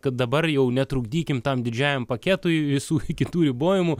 kad dabar jau netrukdykim tam didžiajam paketui visų kitų ribojimų